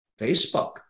Facebook